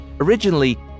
Originally